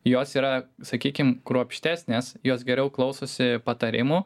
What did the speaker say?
jos yra sakykim kruopštesnės jos geriau klausosi patarimų